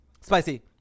Spicy